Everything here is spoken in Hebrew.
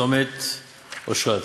צומת אשרת.